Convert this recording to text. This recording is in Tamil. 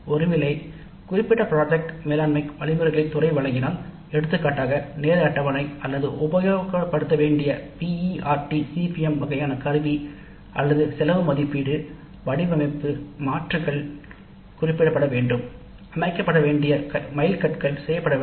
ஒருவேளை குறிப்பிட்ட திட்ட மேலாண்மை வழிமுறைகளை துறை வழங்கினால் எடுத்துக்காட்டாக நேர அட்டவணை அல்லது உபயோகப்படுத்த வேண்டிய PERT CPM வகையான கருவி அல்லது செலவு மதிப்பீடு வடிவமைப்பு குறித்த அமைக்கப்பட வேண்டிய மைல்கற்கள் செய்ய வேண்டியவை